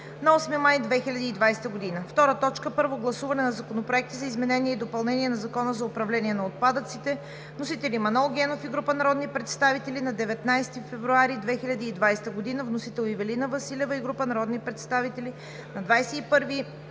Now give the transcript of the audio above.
на 8 май 2020 г. 2. Първо гласуване на Законопроекти за изменение и допълнение на Закона за управление на отпадъците. Вносители – Манол Генов и група народни представители на 19 февруари 2020 г.; Ивелина Василева и група народни представители на 21 февруари 2020 г.